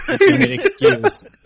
excuse